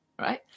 right